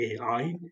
AI